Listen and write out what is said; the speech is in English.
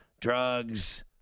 drugs